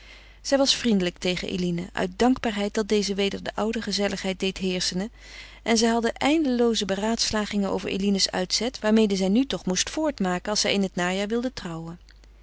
zij was vriendelijk tegen eline uit dankbaarheid dat deze weder de oude gezelligheid deed heersenen en zij hadden eindelooze beraadslagingen over eline's uitzet waarmede zij nu toch moest voortmaken als zij in het najaar wilde trouwen